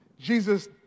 Jesus